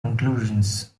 conclusions